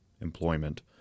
employment